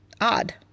odd